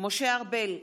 משה ארבל,